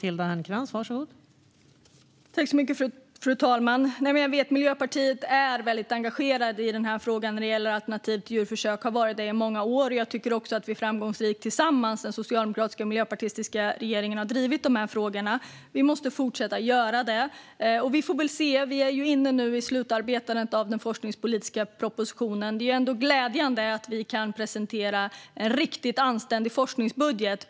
Fru talman! Jag vet att Miljöpartiet är väldigt engagerat i frågan om alternativ till djurförsök och har varit det i många år. Jag tycker också att vi framgångsrikt har drivit de här frågorna tillsammans i den socialdemokratiska och miljöpartistiska regeringen. Vi måste fortsätta göra det. Vi får väl se. Vi är ju nu inne i slutet på utarbetandet av den forskningspolitiska propositionen. Det är ändå glädjande att vi kan presentera en riktigt anständig forskningsbudget.